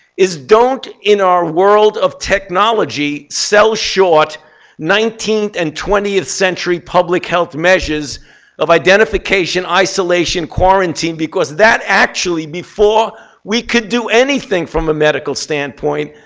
is don't, in our world of technology, sell short nineteenth and twentieth century public health measures of identification isolation quarantine, because that actually, before we could do anything from a medical standpoint,